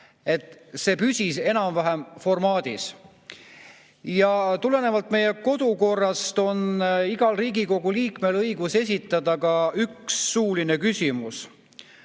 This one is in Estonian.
See püsis enam-vähem formaadis. Aga tulenevalt meie kodukorrast on igal Riigikogu liikmel õigus esitada ka üks suuline küsimus